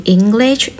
English